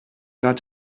got